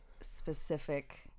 specific